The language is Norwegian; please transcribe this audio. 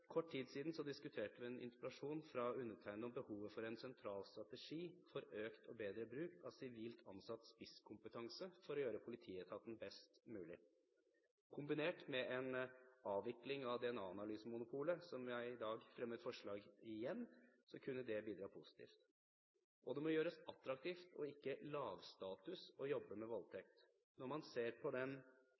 kort tid siden diskuterte vi en interpellasjon fra undertegnede om behovet for en sentral strategi for økt og bedre bruk av sivilt ansatt spisskompetanse for å gjøre politietaten best mulig. Kombinert med en avvikling av DNA-analysemonopolet, som jeg i dag fremmet forslag om igjen, kunne det bidra positivt. Det må gjøres attraktivt og ikke være lavstatus å jobbe med voldtekt. Når man ser på den